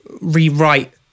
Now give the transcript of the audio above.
rewrite